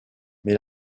mais